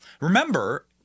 Remember